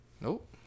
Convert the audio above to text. nope